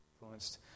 influenced